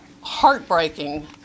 heartbreaking